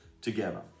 together